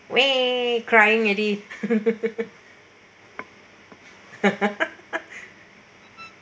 wei crying already